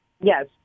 Yes